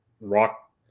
Rock